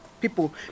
people